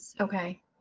Okay